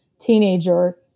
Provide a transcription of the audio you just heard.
teenager